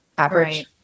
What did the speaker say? average